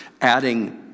adding